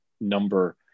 number